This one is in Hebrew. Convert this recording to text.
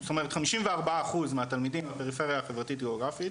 זאת אומרת 54 אחוז מהתלמידים מהפריפריה חברתית-גאוגרפית,